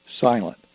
silent